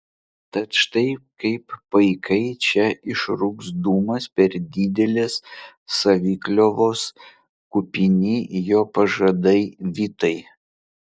tad štai kaip paikai čia išrūks dūmais per didelės savikliovos kupini jo pažadai vitai